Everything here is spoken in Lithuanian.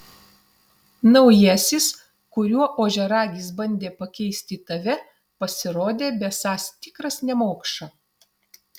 naujasis kuriuo ožiaragis bandė pakeisti tave pasirodė besąs tikras nemokša